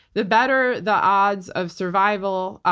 the better the odds of survival,